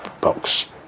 box